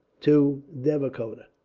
to devikota.